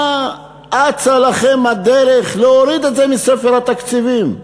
מה אצה לכם הדרך להוריד את זה מספר התקציבים?